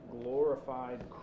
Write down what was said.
glorified